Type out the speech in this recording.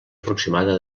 aproximada